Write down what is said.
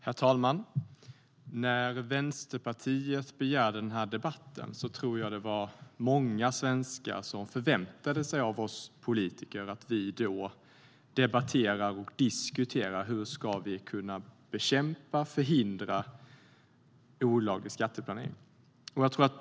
Herr talman! När Vänsterpartiet begärde denna debatt var det nog många svenskar som förväntade sig av oss politiker att vi skulle debattera och diskutera hur vi ska kunna bekämpa och förhindra olaglig skatteplanering.